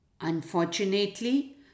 Unfortunately